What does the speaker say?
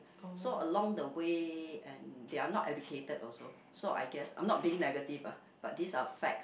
so along the way and they are not educated also so I guess I'm not being negative ah but this are fact